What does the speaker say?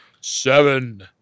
seven